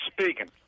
Speaking